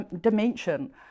dimension